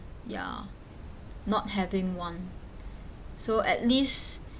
ya not having one so at least